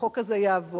החוק הזה יעבור.